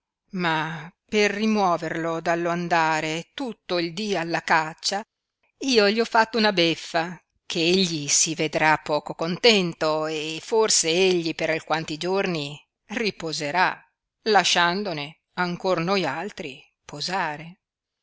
ma per rimuoverlo dallo andare tutto il dì alla caccia io gli ho fatta una beffa che egli si vedrà poco contento e forse egli per alquanti giorni riposerà lasciandone ancor noi altri posare